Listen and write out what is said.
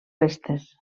restes